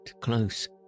close